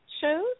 shows